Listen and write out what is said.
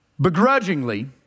begrudgingly